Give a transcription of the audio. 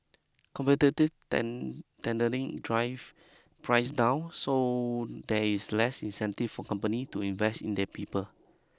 competitive tendering drive prices down so there is less incentive for company to invest in their people